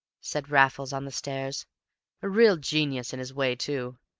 said raffles on the stairs a real genius in his way, too,